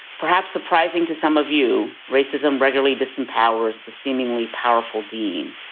perhaps surprising to some of you, racism regularly disempowers the seemingly powerful dean.